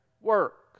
work